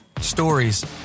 Stories